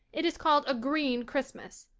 it is called a green christmas!